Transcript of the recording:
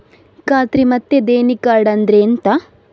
ಖಾತ್ರಿ ಮತ್ತೆ ದೇಣಿ ಕಾರ್ಡ್ ಅಂದ್ರೆ ಎಂತ?